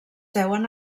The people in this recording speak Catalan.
deuen